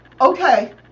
okay